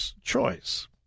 choice